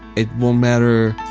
it won't matter